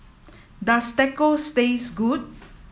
does Tacos taste good